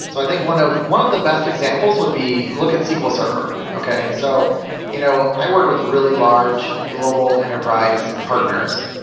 so i think one of one of the best examples would be look at sql server. so you know i work with really large global enterprise partners,